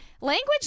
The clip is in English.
language